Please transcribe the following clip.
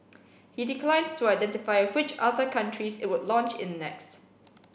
he declined to identify which other countries it would launch in next